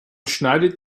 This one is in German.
schneidet